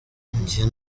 njye